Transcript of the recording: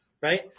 right